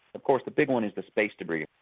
of course the big one is the space debris,